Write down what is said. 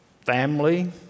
Family